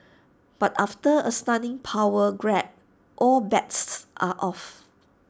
but after A stunning power grab all bets are off